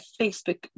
Facebook